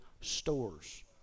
stores